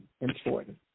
important